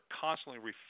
constantly